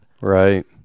Right